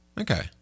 Okay